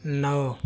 नौ